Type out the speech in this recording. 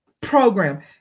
program